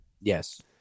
Yes